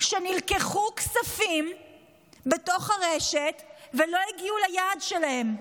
שנלקחו כספים בתוך הרשת ולא הגיעו ליעד שלהם.